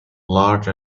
large